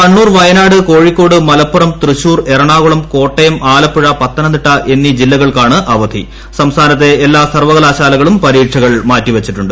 കണ്ണൂർ വയനാട് കോഴിക്കോട് മലപ്പുറം തൃശ്ചൂർ എറ്ണാകുളം കോട്ടയം ആലപ്പുഴ പത്തനംതിട്ട എന്നീ ജില്ലകൾക്കാണ് അവസ്സ് സംസ്ഥാനത്തെ എല്ലാ സർവകലാശാലകളും പരീക്ഷകൾ മാറ്റിവച്ചിട്ടുണ്ട്